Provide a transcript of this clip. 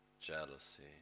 jealousy